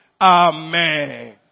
Amen